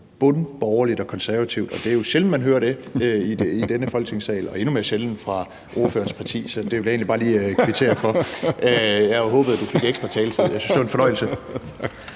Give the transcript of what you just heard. bundborgerligt og konservativt, og det er jo sjældent, at man hører det i denne Folketingssal, og endnu mere sjældent fra ordførerens parti. Så det vil jeg egentlig bare lige kvittere for. Jeg havde håbet, at du fik ekstra taletid, for jeg syntes, det var en fornøjelse